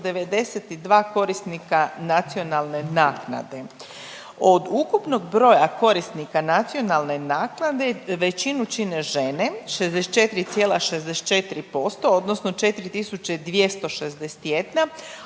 6592 korisnika nacionalne naknade. Od ukupnog broja korisnika nacionalne naknade većinu čine žene 64,64 posto, odnosno 4261 a